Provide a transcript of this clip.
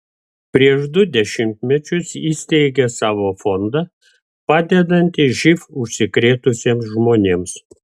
prieš du dešimtmečius įsteigė savo fondą padedantį živ užsikrėtusiems žmonėms